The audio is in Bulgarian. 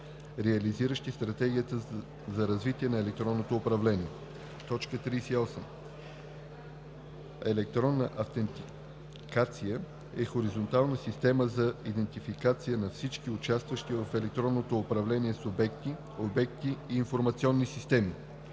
реализиращи Стратегията за развитие на електронното управление. 38. „Електронна автентикация“ е хоризонтална система за идентификация на всички участващи в електронното управление субекти, обекти и информационни системи.